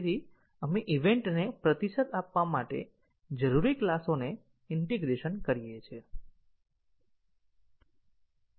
આપણે ઇવેન્ટને પ્રતિસાદ આપવા માટે જરૂરી ક્લાસોને ઈન્ટીગ્રેશન કરીએ છીએ